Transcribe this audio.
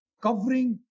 covering